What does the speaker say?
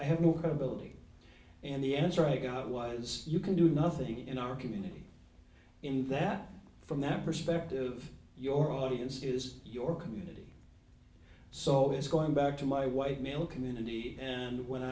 i have no credibility and the answer i got was you can do nothing in our community in that from that perspective your audience is your community so it's going back to my white male community and when